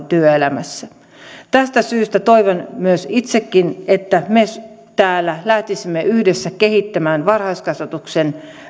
työelämässä vai eivät tästä syystä toivon myös itse että me täällä lähtisimme yhdessä kehittämään varhaiskasvatuksen